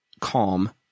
calm